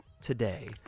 today